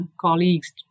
colleagues